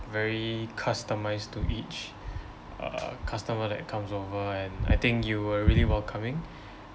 very customised to each uh customer that comes over and I think you were really welcoming